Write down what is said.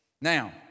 Now